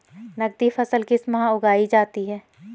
नकदी फसल किस माह उगाई जाती है?